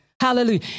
Hallelujah